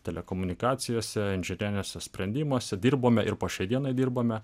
telekomunikacijose inžineriniuose sprendimuose dirbome ir po šiai dienai dirbame